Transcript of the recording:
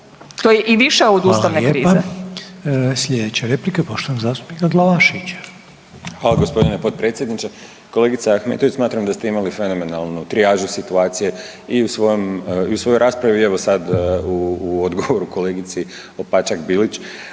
To je i više od ustavne krize. **Reiner, Željko (HDZ)** Hvala lijepa. Sljedeća je replika poštovanog zastupnika Glavaševića. **Glavašević, Bojan (Nezavisni)** Hvala gospodine potpredsjedniče. Kolegice Ahmetović, smatram da ste imali fenomenalnu trijažu situacije i u svojoj raspravi i evo sad u odgovoru kolegici Opačak-Bilić.